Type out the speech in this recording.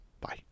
Bye